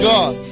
God